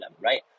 right